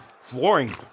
Flooring